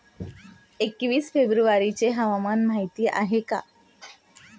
एकवीस फेब्रुवारीची हवामान माहिती आहे का?